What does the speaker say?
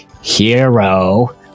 hero